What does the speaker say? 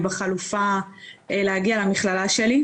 בחלופה להגיע למכללה שלי.